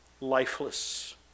lifeless